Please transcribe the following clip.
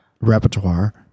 repertoire